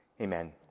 Amen